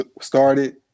started